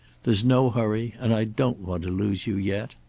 there's no hurry. and i don't want to lose you yet.